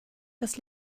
das